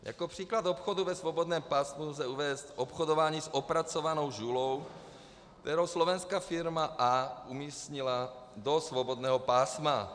Jako příklad obchodu ve svobodném pásmu lze uvést obchodování s opracovanou žulou, kterou slovenská firma A umístila do svobodného pásma.